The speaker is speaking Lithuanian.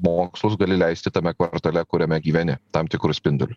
mokslus gali leisti tame kvartale kuriame gyveni tam tikru spinduliu